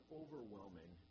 overwhelming